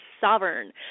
sovereign